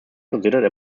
considered